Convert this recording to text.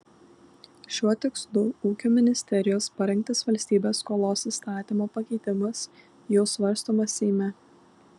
šiuo tikslu ūkio ministerijos parengtas valstybės skolos įstatymo pakeitimas jau svarstomas seime